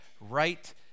right